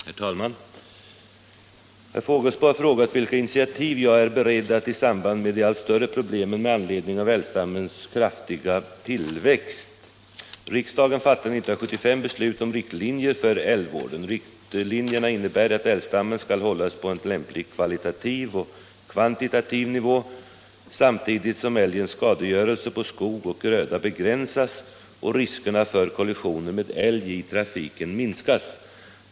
Herr talman! Herr Fågelsbo har frågat vilka initiativ jag är beredd att tai samband med de allt större problemen med anledning av älgstammens kraftiga tillväxt. Riksdagen fattade 1975 beslut om riktlinjer för älgvården. Riktlinjerna innebär att älgstammen skall hållas på en lämplig kvalitativ och kvantitativ nivå samtidigt som älgens skadegörelse på skog och gröda begränsas och riskerna för kollisioner med älg i trafiken minskas.